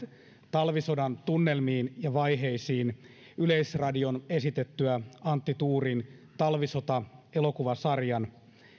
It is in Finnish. talvisodan tunnelmiin ja vaiheisiin yleisradion esitettyä antti tuurin talvisota elokuvasarjan